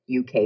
UK